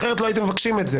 אחרת לא הייתם מבקשים את זה.